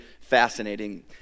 fascinating